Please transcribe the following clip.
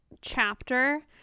chapter